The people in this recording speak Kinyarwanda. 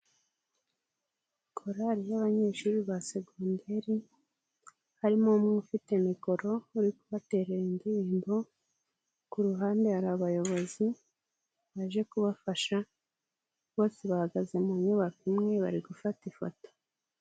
Korali y'abanyeshuri ba seconnderi ,harimo umwe ufite mikoro uri kubaterera indirimbo, ku ruhande hari abayobozi baje kubafasha, bose bahagaze mu nyubako imwe bari gufata ifoto.